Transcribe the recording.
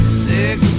sick